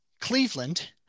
Cleveland